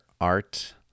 art